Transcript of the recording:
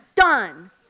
done